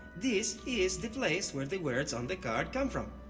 this is the place where the words on the card come from.